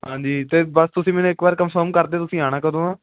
ਹਾਂਜੀ ਅਤੇ ਬਸ ਤੁਸੀਂ ਮੈਨੂੰ ਇੱਕ ਵਾਰ ਕਨਫਰਮ ਕਰਦੇ ਦਿਓ ਤੁਸੀਂ ਆਉਣਾ ਕਦੋਂ ਆ